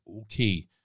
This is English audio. okay